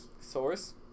Source